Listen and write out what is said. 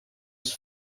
its